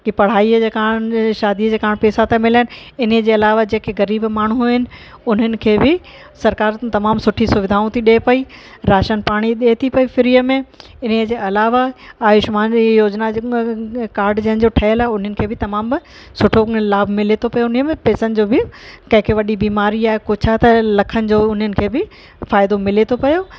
की पढ़ाई जे कारणि शादीअ जे कारणि पैसा त मिलनि इने जे अलावा जेके ग़रीबु माण्हू हुअसि उन्हनि खे बि सरकारि तमामु सुठी सुविधाऊं थी ॾिए पई राशन पाणी ॾिए थी पई फ्रीअ में इन जे अलावा आयुष्मान योजना कार्ड जंहिंजो ठहियलु आहे उन्हनि खे बि तमामु सुठो लाभु मिले थो पियो उन में पैसनि जो बि कंहिंखें वॾी बीमारी आहे कुझु आहे त लखनि जो उन्हनि खे बि फ़ाइदो मिले थो पयो